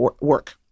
work